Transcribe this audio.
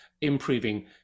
improving